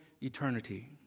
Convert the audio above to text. eternity